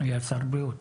מואטי ואוריאל בוסו.